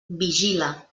vigila